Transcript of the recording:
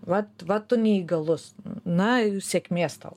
vat va tu neįgalus na sėkmės tau